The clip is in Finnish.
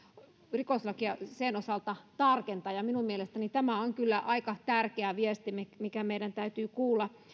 rikoslakia kiihottamispykälän osalta tarkentaa minun mielestäni tämä on kyllä aika tärkeä viesti mikä meidän täytyy kuulla